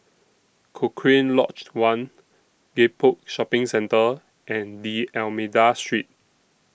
Cochrane Lodged one Gek Poh Shopping Centre and D'almeida Street